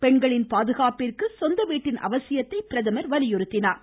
பெண்களின் பாதுகாப்பிற்கு சொந்த வீட்டின் அவசியத்தை பிரதமர் வலியுறுத்தினார்